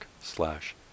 slash